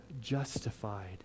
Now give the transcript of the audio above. justified